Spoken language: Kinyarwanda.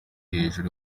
hejuru